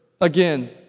again